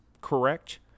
correct